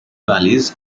valleys